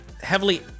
heavily